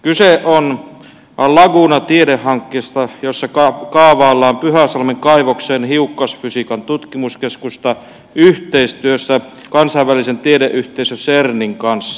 kyse on laguna tiedehankkeesta jossa kaavaillaan pyhäsalmen kaivokseen hiukkasfysiikan tutkimuskeskusta yhteistyössä kansainvälisen tiedeyhteisö cernin kanssa